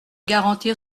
garantir